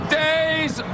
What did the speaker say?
days